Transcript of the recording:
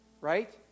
Right